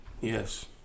Yes